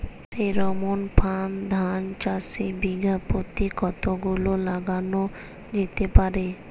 Pheromone ফাঁদ ধান চাষে বিঘা পতি কতগুলো লাগানো যেতে পারে?